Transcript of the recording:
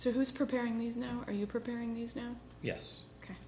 so who's preparing these now are you preparing these now yes